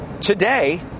Today